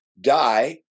die